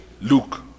Luke